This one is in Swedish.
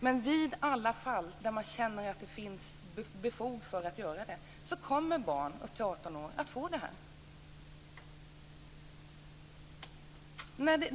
Men i de fall där det finns fog för det kommer det att utses en företrädare för barn upp till 18 år. Fru talman!